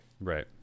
Right